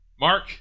Mark